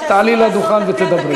תעלי לדוכן ותדברי.